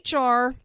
HR